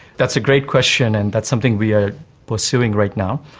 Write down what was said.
that's a great question and that's something we are pursuing right now.